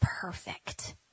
perfect